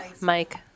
Mike